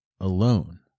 alone